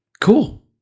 Cool